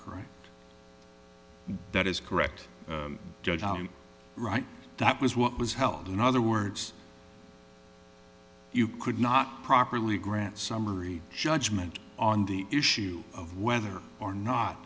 right that is correct judge wright that was what was held in other words you could not properly grant summary judgment on the issue of whether or not